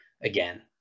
again